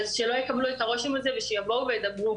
אסור שיקבלו את הרושם הזה והן צריכות לבוא ולדבר.